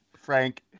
Frank